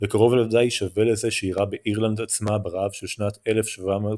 וקרוב לוודאי שווה לזה שאירע באירלנד עצמה ברעב של שנת 1740.